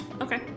Okay